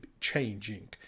changing